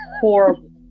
horrible